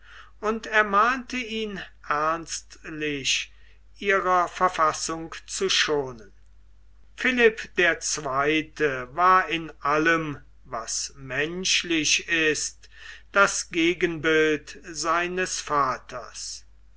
und ermahnte ihn ernstlich ihrer verfassung zu schonen philipp der zweite war in allem was menschlich ist das gegenbild seines vaters